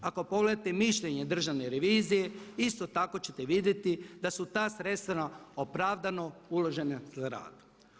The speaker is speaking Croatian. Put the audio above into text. Ako pogledate mišljenje Državne revizije isto tako ćete vidjeti da su ta sredstva opravdano uložena za rad.